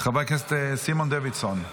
חבר הכנסת סימון דוידסון.